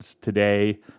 today